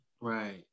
right